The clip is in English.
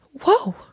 whoa